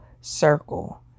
circle